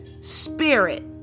spirit